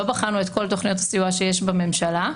לא בחנו את כל תכניות הסיוע שיש בממשלה.